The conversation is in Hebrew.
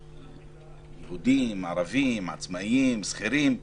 יהודים, ערבים, עצמאים, שכירים,